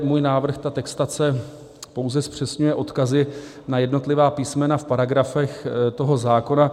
Můj návrh, ta textace pouze zpřesňuje odkazy na jednotlivá písmena v paragrafech toho zákona.